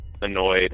annoyed